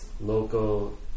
local